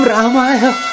Ramaya